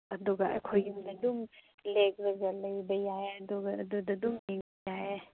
ꯑꯗꯨꯒ ꯑꯩꯈꯣꯏ ꯌꯨꯝꯗ ꯑꯗꯨꯝ ꯂꯦꯛꯂꯒ ꯂꯩꯕ ꯌꯥꯏ ꯑꯗꯨꯒ ꯑꯗꯨꯗ ꯑꯗꯨꯝ ꯂꯩꯕ ꯌꯥꯏꯌꯦ